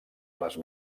les